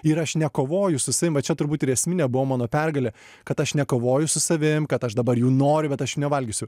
ir aš nekovoju su savim va čia turbūt ir esminė buvo mano pergalė kad aš nekovoju su savim kad aš dabar jų noriu bet aš jų nevalgysiu